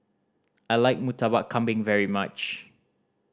I like Murtabak Kambing very much